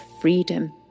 freedom